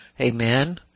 Amen